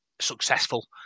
successful